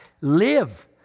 Live